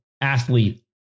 athlete